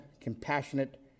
compassionate